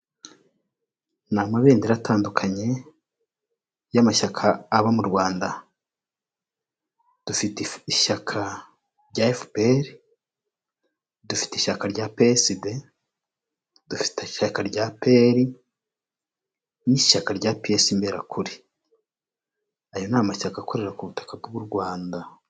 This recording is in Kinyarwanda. Ni amabendera atandukanye y'amashyaka aba mu Rwanda, dufite ishyaka rya FPR, dufite ishyaka rya PSD, dufite ishyaka rya PER n'ishyaka rya PS Imberakuri ayo ni amashyaka akorera ku butaka bw'u Rwanda.